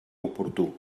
oportú